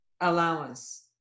allowance